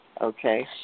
Okay